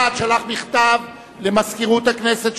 אחד שלח מכתב למזכירות הכנסת,